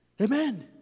Amen